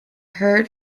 heard